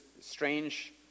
strange